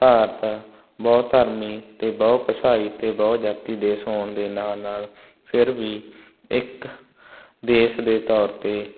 ਭਾਰਤ ਬਹੁ ਧਰਮੀ ਅਤੇ ਬਹੁ ਭਸਾਈ ਅਤੇ ਬਹੁ ਜਾਤੀ ਦੇਸ਼ ਹੋਣ ਦੇ ਨਾਲ ਨਾਲ ਫਿਰ ਵੀ ਇੱਕ ਦੇਸ਼ ਦੇ ਤੌਰ 'ਤੇ